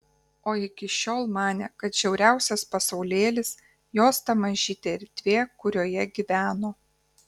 o iki šiol manė kad žiauriausias pasaulėlis jos ta mažytė erdvė kurioje gyveno